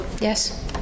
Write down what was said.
Yes